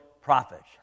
prophets